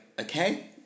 okay